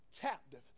captive